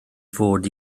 fod